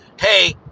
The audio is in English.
hey